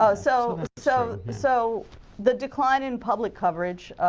ah so so so the decline in public coverage,